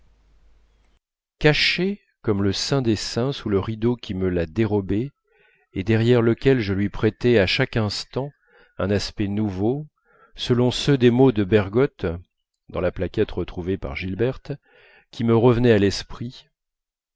cachée comme le saint des saints sous le rideau qui me la dérobait et derrière lequel je lui prêtais à chaque instant un aspect nouveau selon ceux des mots de bergotte dans la plaquette retrouvée par gilberte qui me revenaient à l'esprit